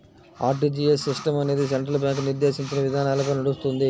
RTGS system అనేది central bank నిర్దేశించిన విధానాలపై నడుస్తుంది